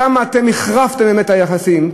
כמה אתם החרפתם באמת את היחסים,